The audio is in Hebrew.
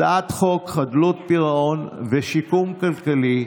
הצעת חוק חדלות פירעון ושיקום כלכלי,